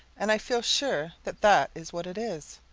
and i feel sure that that is what it is.